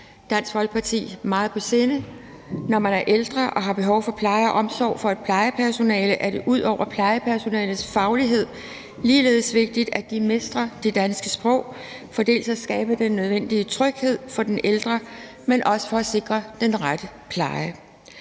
Dansk Folkeparti meget på sinde. Når man er ældre og har behov for pleje og omsorg fra et plejepersonale, er det ud over plejepersonalets faglighed ligeledes vigtigt, at de mestrer det danske sprog, dels for at skabe den nødvendige tryghed for den ældre, dels for at sikre den rette pleje.